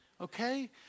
okay